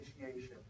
initiation